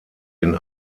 den